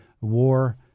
war